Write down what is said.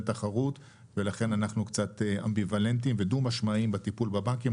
תחרות ולכן אנחנו אמביוולנטיים ודו משמעיים בטיפול בתחרות.